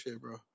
bro